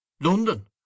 london